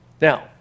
Now